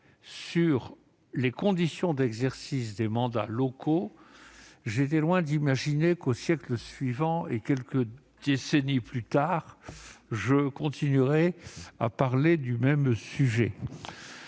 sur les conditions d'exercice des mandats locaux, j'étais loin d'imaginer que, au siècle suivant et quelques décennies plus tard, je continuerai à parler du même sujet